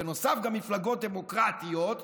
בנוסף גם מפלגות דמוקרטיות,